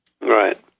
Right